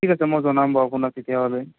ঠিক আছে মই জনাম বাৰু আপোনাক তেতিয়াহ'লে